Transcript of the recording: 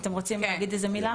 אתם רוצים להגיד משהו?